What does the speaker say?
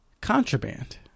contraband